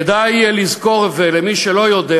כדאי לזכור, ולמי שלא יודע